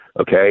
okay